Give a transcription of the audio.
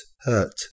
hurt